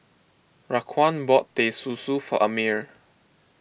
Raquan bought Teh Susu for Amir